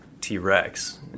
T-Rex